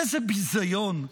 איזה ביזיון,